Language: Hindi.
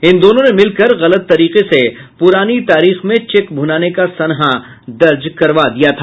इन दोनों ने मिलकर गलत तरीके से पुरानी तारीख में चेक भुनाने का सनहा दर्ज करवा दिया था